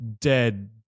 dead